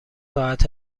ساعت